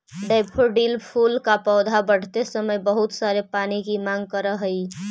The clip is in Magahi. डैफोडिल फूल का पौधा बढ़ते समय बहुत सारे पानी की मांग करअ हई